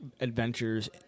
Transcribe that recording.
adventures